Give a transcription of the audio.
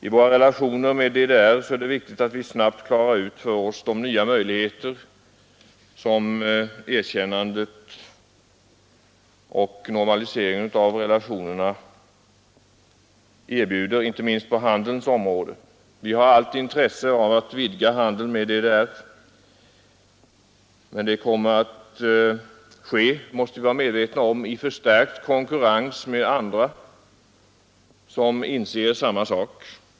I våra relationer med DDR är det viktigt att vi snabbt gör klart för oss de nya möjligheter som erkännandet och normaliseringen av relationerna erbjuder, inte minst på handelns område. Vi har allt intresse av att vidga handeln med DDR, men det kommer att ske — det måste vi vara medvetna om — i förstärkt konkurrens med andra som också inser dessa nya möjligheter.